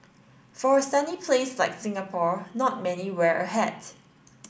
for a sunny place like Singapore not many wear a hat